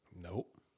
Nope